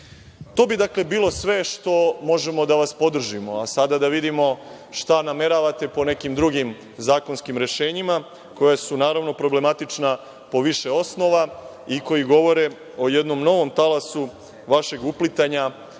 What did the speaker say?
bi dakle bilo sve što možemo da vas podržimo, a sada da vidio šta nameravate u nekim drugim zakonskim rešenjima, koja su naravno, problematična po više osnova, i koji govore o jednom novom talasu vašeg uplitanja